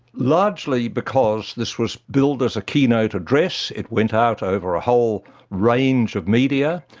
largely because this was billed as a keynote address. it went out over a whole range of media,